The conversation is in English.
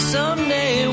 Someday